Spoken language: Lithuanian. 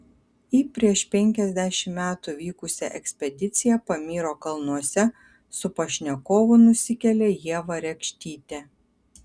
į prieš penkiasdešimt metų vykusią ekspediciją pamyro kalnuose su pašnekovu nusikelia ieva rekštytė